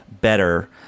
better